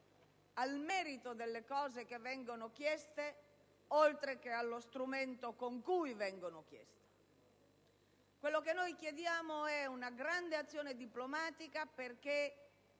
al merito delle cose che vengono chieste oltre che allo strumento con cui vengono chieste. Quello che chiediamo è una grande azione diplomatica affinché